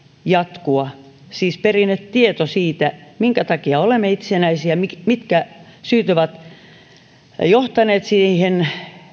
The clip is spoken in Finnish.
jatkua siis perinnetiedon siitä minkä takia olemme itsenäisiä mitkä mitkä syyt ovat johtaneet siihen